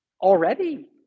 already